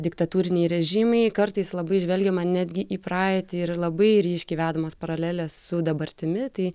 diktatūriniai režimai kartais labai žvelgiama netgi į praeitį ir labai ryškiai vedamos paralelės su dabartimi tai